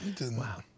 Wow